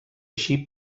així